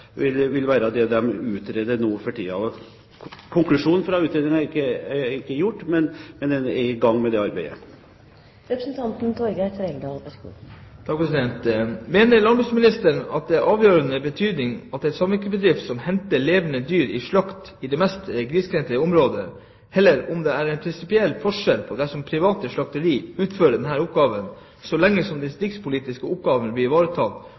det en utreder nå. Konklusjonen fra utredningen er ikke trukket, men en er i gang med det arbeidet. Mener landbruksministeren at det er av avgjørende betydning at det er en samvirkebedrift som henter levende dyr til slakting i de mest grisgrendte områder, eller at det er en prinsipiell forskjell dersom det er et privat slakteri som utfører denne oppgaven, så lenge som de distriktspolitiske oppgavene blir ivaretatt,